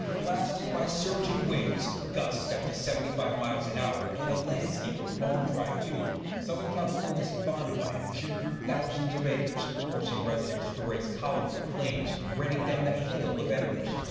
blasted by surging winds, gusts up to seventy five miles per and hour and a landscape of bone dry fuel, southern california's bon fire chewed through thousands of acres forcing residents to race columns of flames raining down a hail of embers.